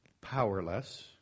powerless